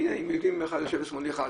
יושב לשמאלי אחד,